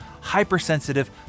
hypersensitive